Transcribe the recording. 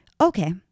Okay